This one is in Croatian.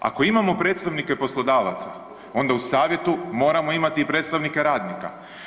Ako imamo predstavnike poslodavaca, onda u savjetu moramo imati predstavnike radnika.